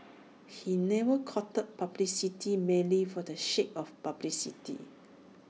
he never courted publicity merely for the sake of publicity